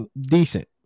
decent